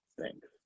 thanks